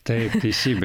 taip taisybė